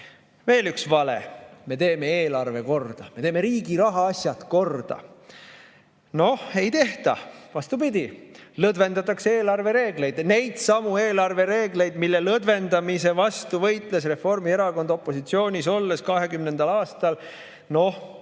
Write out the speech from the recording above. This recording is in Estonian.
üks vale: me teeme eelarve korda, me teeme riigi rahaasjad korda. No ei tehta! Vastupidi, lõdvendatakse eelarvereegleid. Neidsamu eelarvereegleid, mille lõdvendamise vastu võitles Reformierakond opositsioonis olles 2020. aastal